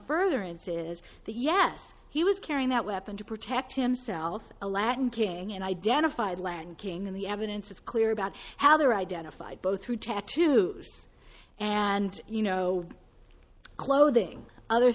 further it is the yes he was carrying that weapon to protect himself a latin king and identified land king in the evidence is clear about how they were identified both through tattoos and you know clothing other